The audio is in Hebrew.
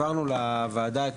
העברנו לוועדה את